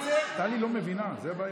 טלי לא מבינה, זאת הבעיה.